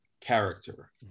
character